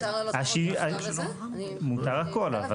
מותר לנו --- מותר הכל.